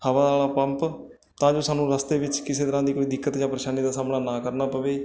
ਹਵਾ ਵਾਲਾ ਪੰਪ ਤਾਂ ਜੋ ਸਾਨੂੰ ਰਸਤੇ ਵਿੱਚ ਕਿਸੇ ਤਰ੍ਹਾਂ ਦੀ ਕੋਈ ਦਿੱਕਤ ਜਾਂ ਪਰੇਸ਼ਾਨੀ ਦਾ ਸਾਹਮਣਾ ਨਾ ਕਰਨਾ ਪਵੇ